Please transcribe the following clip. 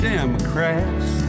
Democrats